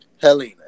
Helena